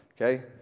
okay